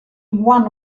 one